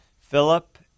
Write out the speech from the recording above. Philip